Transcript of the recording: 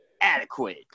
adequate